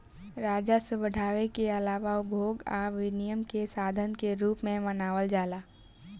राजस्व बढ़ावे के आलावा उपभोग आ विनियम के साधन के रूप में मानल जाला